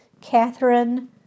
Catherine